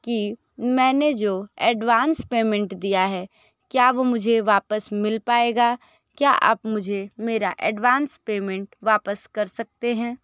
कि मैंने जो एडवांस पेमेंट दिया है क्या वह मुझे वापस मिल पाएगा क्या आप मुझे मेरा एडवांस पेमेंट वापस कर सकते हैं